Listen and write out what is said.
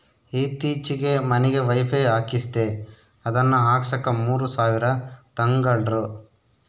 ಈತ್ತೀಚೆಗೆ ಮನಿಗೆ ವೈಫೈ ಹಾಕಿಸ್ದೆ ಅದನ್ನ ಹಾಕ್ಸಕ ಮೂರು ಸಾವಿರ ತಂಗಡ್ರು